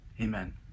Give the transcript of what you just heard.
amen